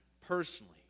personally